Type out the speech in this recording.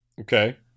Okay